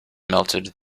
melted